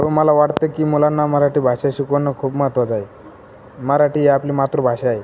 मला वाटतं की मुलांना मराठी भाषा शिकवणं खूप महत्त्वाचं आहे मराठी ही आपली मातृभाषा आहे